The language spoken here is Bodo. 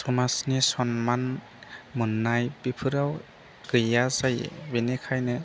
समाजनि सनमान मोन्नाय बेफोराव गैया जायो बेनिखायनो